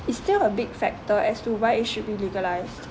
is still a big factor as to why it should be legalised